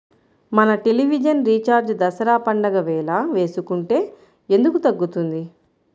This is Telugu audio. మన టెలివిజన్ రీఛార్జి దసరా పండగ వేళ వేసుకుంటే ఎందుకు తగ్గుతుంది?